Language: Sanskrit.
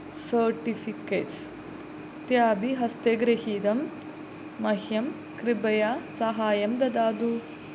सर्टिफ़िकेट्स् इत्यादि हस्ते गृहीतं मह्यं कृपया साहायं ददातु